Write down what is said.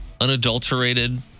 unadulterated